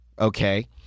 okay